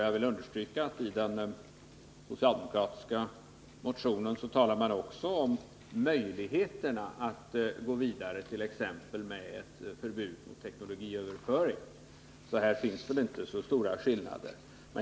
Jag vill understryka att man i den socialdemokratiska motionen också talar om möjligheten att gå vidare, t.ex. med ett förbud mot teknologiöverföring. Här finns väl alltså inte så stora skillnader.